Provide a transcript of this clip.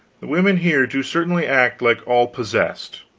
the women here do certainly act like all possessed.